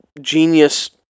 genius